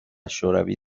شوروی